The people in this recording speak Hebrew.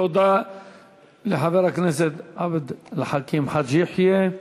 תודה לחבר הכנסת עבד אל חכים חאג' יחיא.